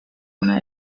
una